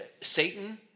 Satan